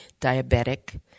diabetic